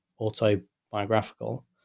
autobiographical